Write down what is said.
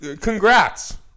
Congrats